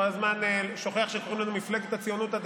אז בבקשה, תעמוד בכללי התקנון.